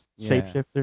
shapeshifter